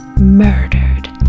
murdered